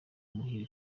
muhire